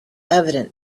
evident